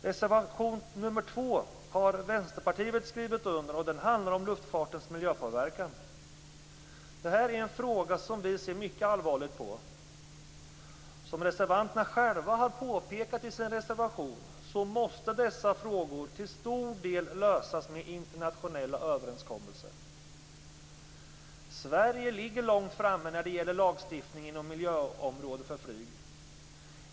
Reservation nr 2 har Vänsterpartiet skrivit under, och den handlar om luftfartens miljöpåverkan. Detta är en fråga som vi ser mycket allvarligt på. Som reservanterna själva har påpekat i sin reservation måste dessa frågor till stor del lösas med internationella överenskommelser. Sverige ligger långt framme när det gäller lagstiftning inom miljöområdet för flyg.